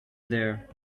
there